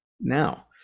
now